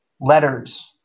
letters